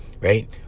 right